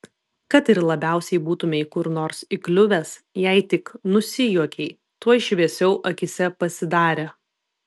kad ir labiausiai būtumei kur nors įkliuvęs jei tik nusijuokei tuoj šviesiau akyse pasidarė